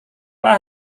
pak